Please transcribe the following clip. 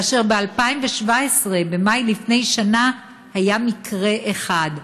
וב-2017 במאי לפני שנה היה מקרה אחד.